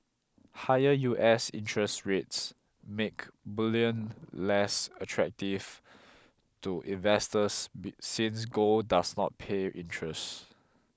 higher U S interest rates make bullion less attractive to investors since gold does not pay interest